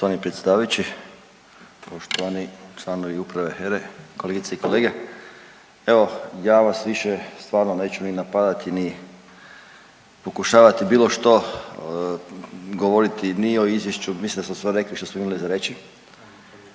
Poštovani predsjedavajući, poštovani članovi uprave HERA-e, kolegice i kolege. Evo ja vas više stvarno neću ni napadati, ni pokušavati bilo što govoriti ni o izvješću, mislim da smo sve rekli što smo imali za reći.